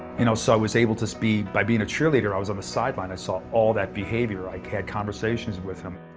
you know, so i was able to be, by being a cheerleader, i was on the sideline. i saw all that behavior. i had conversations with him.